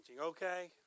okay